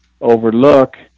overlook